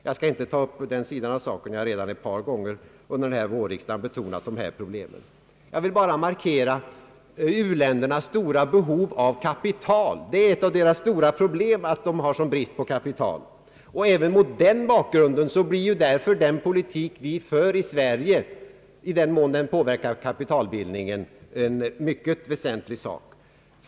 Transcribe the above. Jag skall inte nu gå in på den sidan av saken — jag har redan ett par gånger under denna vårriksdag betonat vikten av dessa problem — utan vill bara markera u-ländernas stora behov av kapital. Det är ett av deras svåra problem att de har sådan brist på kapital. även mot den bakgrunden blir därför den politik som Sverige för, i den mån kapitalbildningen därmed påverkas, en mycket väsentlig sak.